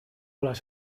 las